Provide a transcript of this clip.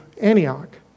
Antioch